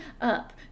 up